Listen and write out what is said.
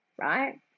right